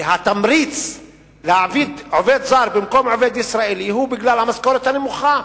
התמריץ להעביד עובד זר במקום עובד ישראלי הוא המשכורת הנמוכה,